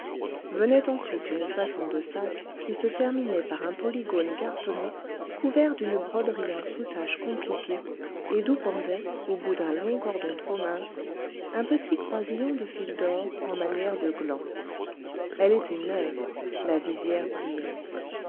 venait ensuite une façon de sac qui se terminait par un polygone cartonné couvert d'une broderie en soutache compliquée et d'où pendait au bout d'un long cordon trop mince un petit croisillon de fils d'or en manière de gland elle était neuve la visière brillait